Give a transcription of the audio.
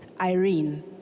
Irene